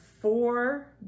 four